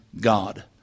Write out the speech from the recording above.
God